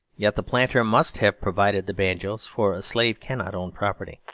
yet the planter must have provided the banjos, for a slave cannot own property.